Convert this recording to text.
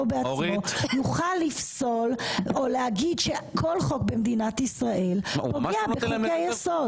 ובעצמו יוכל לפסול או להגיד שכל חוק במדינת ישראל פוגע בחוקי יסוד.